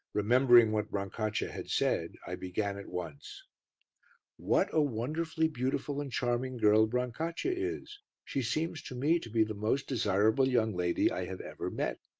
remembering what brancaccia had said, i began at once what a wonderfully beautiful and charming girl brancaccia is she seems to me to be the most desirable young lady i have ever met.